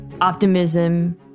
optimism